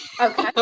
Okay